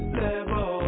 level